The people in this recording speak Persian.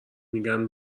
میگن